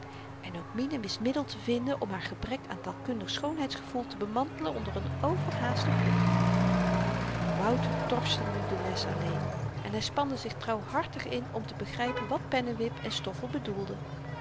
en ook mine wist middel te vinden om haar gebrek aan taalkundig schoonheidsgevoel te bemantelen onder n overhaaste vlucht wouter torschte nu de les alleen en hy spande zich trouwhartig in om te begrypen wat pennewip en stoffel bedoelden